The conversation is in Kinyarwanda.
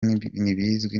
ntibizwi